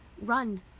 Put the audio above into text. Run